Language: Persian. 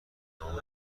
نام